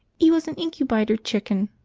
e was an incubytor chicken,